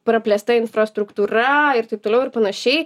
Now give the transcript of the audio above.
praplėsta infrastruktūra ir taip toliau ir panašiai